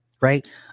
Right